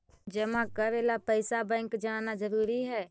जमा करे ला पैसा बैंक जाना जरूरी है?